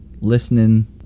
listening